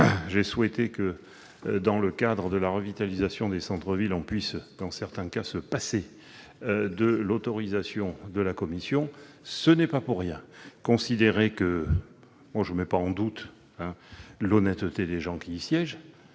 j'ai souhaité, dans le cadre de la revitalisation des centres-villes, que l'on puisse dans certains cas se passer de l'autorisation de la commission, ce n'est pas pour rien ! Je ne mets pas en doute l'honnêteté des personnes qui siègent